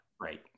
right